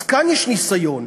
אז כאן יש ניסיון,